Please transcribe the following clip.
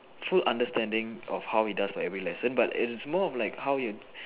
full understanding of how he does for every lesson but it is more of like how you